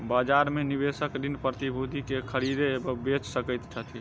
बजार में निवेशक ऋण प्रतिभूति के खरीद एवं बेच सकैत छथि